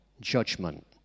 judgment